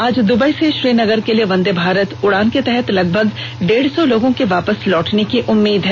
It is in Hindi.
आज दुबई से श्रीनगर के लिए वंदे भारत उड़ान के तहत लगभग डेढ़ सौ लोगों के वापस लौटने की उम्मीद है